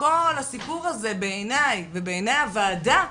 כל הסיפור הזה, בעיניי ובעיני הוועדה,